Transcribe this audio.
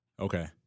Okay